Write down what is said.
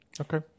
Okay